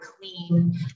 clean